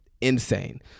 insane